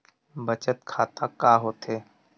बचत खाता का होथे?